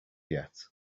yet